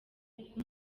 kuko